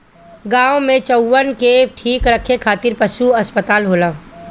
गाँव में चउवन के ठीक रखे खातिर पशु अस्पताल होला